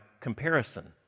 comparison